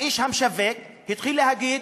האיש המשווק התחיל להגיד: